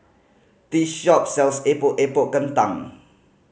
this shop sells Epok Epok Kentang